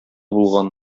булган